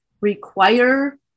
require